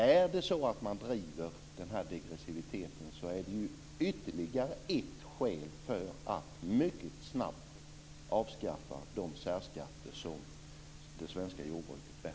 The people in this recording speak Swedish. Är det så att man driver degressiviteten är det ytterligare ett skäl för att mycket snabbt avskaffa de särskatter som det svenska jordbruket bär.